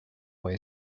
way